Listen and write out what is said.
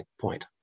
point